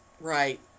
Right